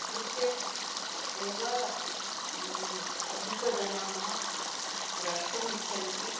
cricket एव अधिकजनाः द्रष्टुमिच्छन्ति